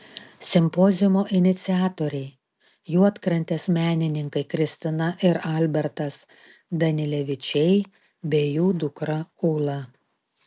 simpoziumo iniciatoriai juodkrantės menininkai kristina ir albertas danilevičiai bei jų dukra ula